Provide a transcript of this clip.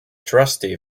trustee